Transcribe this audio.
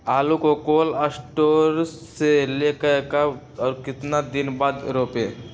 आलु को cold store से ले के कब और कितना दिन बाद रोपे?